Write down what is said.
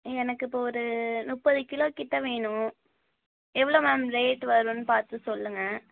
எனக்கு இப்போது ஒரு முப்பது கிலோ கிட்டே வேணும் எவ்வளோ மேம் ரேட்டு வரும்னு பார்த்து சொல்லுங்கள்